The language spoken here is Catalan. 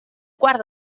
quart